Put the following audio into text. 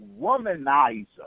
womanizer